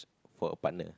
for a partner